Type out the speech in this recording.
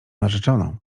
narzeczoną